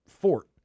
fort